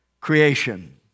creation